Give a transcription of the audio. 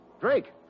Drake